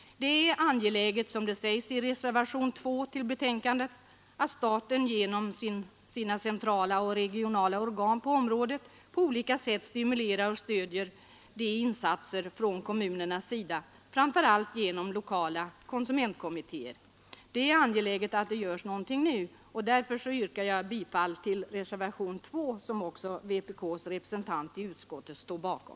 Det är angeläget, som sägs i reservationen 2 till betänkandet, att staten genom sina centrala och regionala organ på området på olika sätt stimulerar och stöder insatser från kommunernas sida, framför allt genom lokala konsumentkommittéer. Det är angeläget att det görs någonting nu. Därför yrkar jag bifall till reservationen 2 som också vpk:s representant i utskottet står bakom.